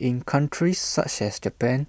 in countries such as Japan